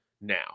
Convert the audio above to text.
now